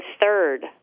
third